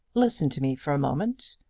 listen to me for a moment.